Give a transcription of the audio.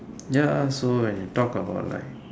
ya so when we talk about like